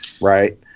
Right